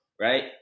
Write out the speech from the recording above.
right